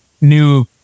new